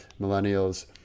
millennials